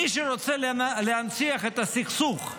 מי שרוצה להנציח את הסכסוך,